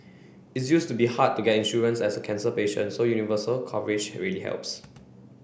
it used to be hard to get insurance as a cancer patient so universal coverage really helps